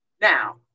Now